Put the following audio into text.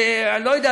אני לא יודע,